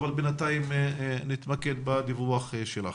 אבל בינתיים נתמקד בדיווח שלך.